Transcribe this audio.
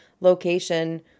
location